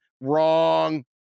Wrong